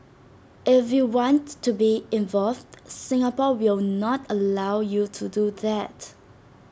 if you want to be involved Singapore will not allow you to do that